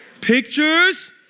Pictures